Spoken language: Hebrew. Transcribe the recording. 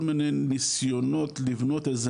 היו לנו כל מיני ניסיונות לבנות איזה